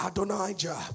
Adonijah